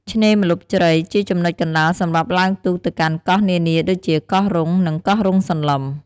ឆ្នេរម្លប់ជ្រៃ ជាចំណុចកណ្ដាលសម្រាប់ឡើងទូកទៅកាន់កោះនានាដូចជា កោះរុង និងកោះរ៉ុងសន្លឹម។